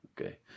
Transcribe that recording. Okay